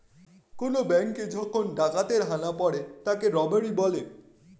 কোন ব্যাঙ্কে যখন ডাকাতের হানা পড়ে তাকে রবারি বলে